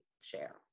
share